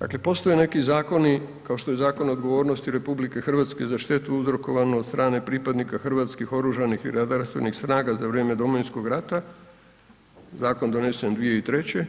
Dakle, postoje neki zakoni, kao što je Zakon odgovornosti RH za štetu uzrokovanu od strane pripadnika hrvatskih oružanih i redarstvenih snaga za vrijeme Domovinskog rata, zakon donesen 2003.